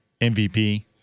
MVP